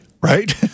right